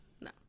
no